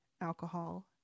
alcohol